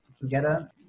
together